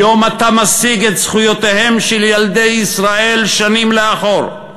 היום אתה מסיג את זכויותיהם של ילדי ישראל שנים לאחור.